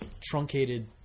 truncated